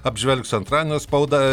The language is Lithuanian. apžvelgsiu antradienio spaudą